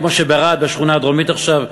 כמו ברהט בשכונה הדרומית עכשיו,